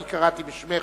כי קראתי בשמך.